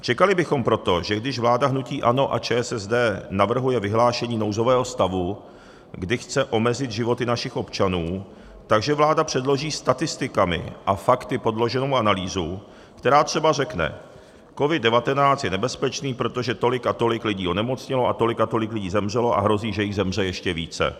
Čekali bychom proto, že když vláda hnutí ANO a ČSSD navrhuje vyhlášení nouzového stavu, kdy chce omezit životy našich občanů, tak že vláda předloží statistikami a fakty podloženou analýzu, která třeba řekne: COVID19 je nebezpečný, protože tolik a tolik lidí onemocnělo a tolik a tolik lidí zemřelo a hrozí, že jich zemře ještě více.